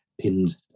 pinned